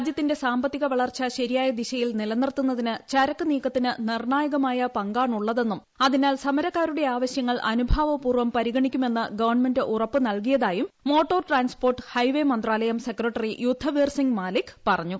രാജ്യത്തിന്റെ സാമ്പത്തിക വളർച്ച ശരിയായ ദിശയിൽ നിലനിർത്തുന്നതിന് ചരക്ക് നീക്കത്തിന് നിർണായകമായ പങ്കാണുള്ളതെന്നും അതിനാൽ സമരക്കാരുടെ ആവശ്യങ്ങൾ അനുഭാവപൂർവം പരിഗണിക്കുമെന്ന് ഗവൺമെന്റ് ഉറപ്പുനൽകിയതായും മോട്ടോർ ട്രാൻസ്പോർട്ട് ഹൈവേ മന്ത്രാലയം സെക്രട്ടറി യുദ്ധവീർസിംഗ് മാലിക് പറഞ്ഞു